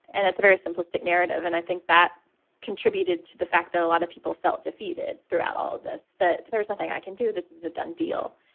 and it's a very simplistic narrative. and i think that contributed to the fact that a lot of people felt defeated throughout all of this. that that there's nothing i can do. this is a done deal.